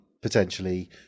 potentially